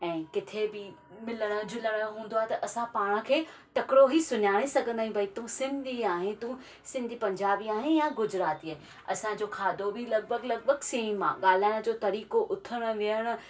ऐं किथे बि मिलण झुलण हूंदो आहे त असां पाण खे तकिड़ो ई सुञाणे सघंदा आहियूं ॿई तू सिंधी आहे तू सिंधी पंजाबी आहे या गुजराती असांजो खाधो बि लॻभॻि लॻभॻि सेम आहे ॻाल्हाइण जो तरीक़ो उथण वेहण